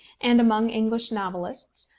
and among english novelists,